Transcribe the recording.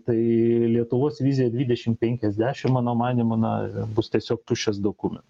tai lietuvos vizija dvidešimt penkiasdešimt mano manymu na bus tiesiog tuščias dokumentas